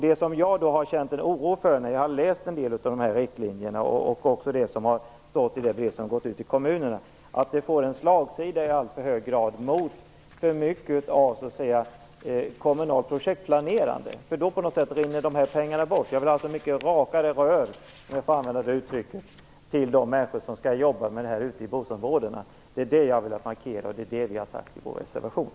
Det jag har känt en oro för när jag har läst en del av riktlinjerna och också det brev som har gått ut i kommunerna är att verksamheten i alltför hög grad får slagsida mot kommunalt projektplanerande. Då rinner pengarna bort. Jag vill ha mycket rakare rör, om jag får använda det uttrycket, mot de människor som skall jobba ute i bostadsområdena. Det är det jag vill markera. Det är det vi har sagt i vår reservation.